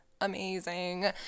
amazing